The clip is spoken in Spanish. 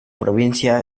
provincia